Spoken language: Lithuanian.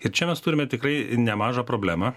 tai čia mes turime tikrai nemaža problema na